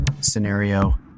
scenario